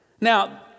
Now